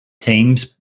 teams